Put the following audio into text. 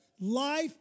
Life